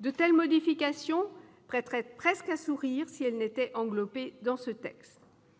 De telles modifications prêteraient presque à sourire si elles ne figuraient pas dans le texte